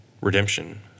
Redemption